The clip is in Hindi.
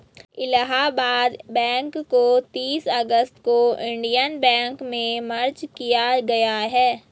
इलाहाबाद बैंक को तीस अगस्त को इन्डियन बैंक में मर्ज किया गया है